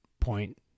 point